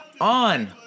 On